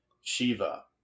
shiva